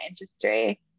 industry